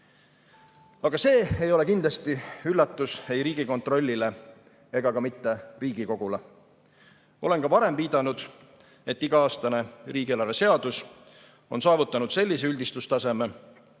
Aga see ei ole kindlasti üllatus ei Riigikontrollile ega ka mitte Riigikogule. Olen ka varem viidanud, et iga-aastane riigieelarve seadus on saavutanud sellise üldistustaseme,